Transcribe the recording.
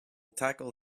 tackle